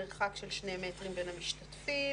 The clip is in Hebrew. מרחק של שני מטרים בין המשתתפים,